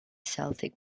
celtic